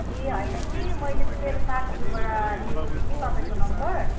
ए हैन कि मैले त मेरो साथीकोबाट लिएको थिएँ कि तपाईँको नम्बर